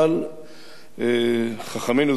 חכמינו זיכרונם לברכה,